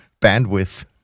bandwidth